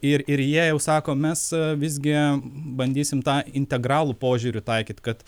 ir ir jie jau sako mes visgi bandysim tą integralų požiūrį taikyt kad